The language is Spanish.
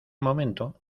momento